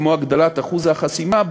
כמו הגדלת אחוז החסימה,